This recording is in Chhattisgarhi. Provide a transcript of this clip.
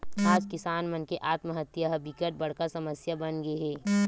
आज किसान मन के आत्महत्या ह बिकट बड़का समस्या बनगे हे